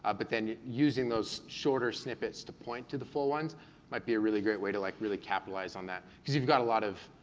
ah but then using those shorter snippets to point to the full ones might be a really great way to like capitalize on that, cause you've got a lot of,